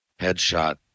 headshot